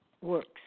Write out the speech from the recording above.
works